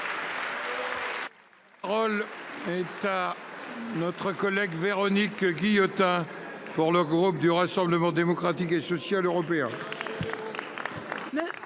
La parole est à Mme Véronique Guillotin, pour le groupe du Rassemblement Démocratique et Social Européen.